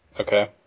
Okay